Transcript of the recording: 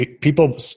People